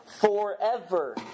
forever